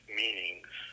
meanings